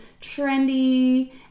trendy